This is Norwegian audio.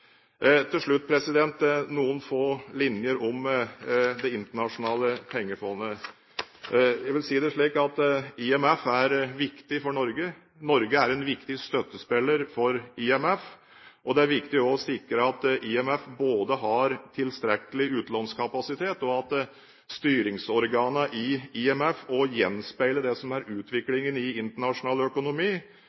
Til slutt noen få linjer om Det internasjonale pengefondet. Jeg vil si det slik at IMF er viktig for Norge. Norge er en viktig støttespiller for IMF, og det er også viktig å sikre både at IMF har tilstrekkelig utlånskapasitet, og at styringsorganene i IMF gjenspeiler det som er utviklingen i internasjonal økonomi